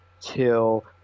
till